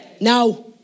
Now